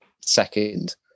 second